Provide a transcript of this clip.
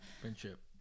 friendship